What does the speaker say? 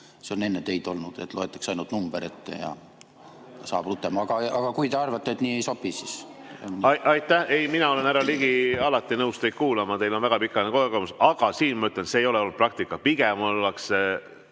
See on enne teid olnud, et loetakse ainult number ette ja saab rutem. Aga kui te arvate, et nii ei sobi, siis ... Aitäh! Ei, mina olen, härra Ligi, alati nõus teid kuulama, teil on väga pikaajaline kogemus. Aga siin ma ütlen, et see ei ole olnud praktika, pigem